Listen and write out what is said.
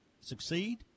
succeed